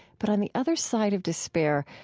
but, on the other side of despair,